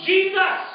Jesus